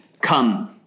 come